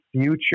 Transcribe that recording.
future